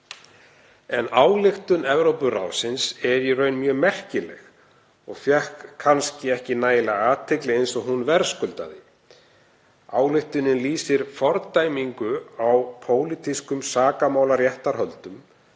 Ályktun Evrópuráðsins er í raun mjög merkileg og fékk kannski ekki nægilega athygli eins og hún verðskuldaði. Ályktunin lýsir fordæmingu á pólitískum sakamálaréttarhöldum